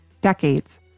decades